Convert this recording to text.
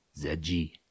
ZG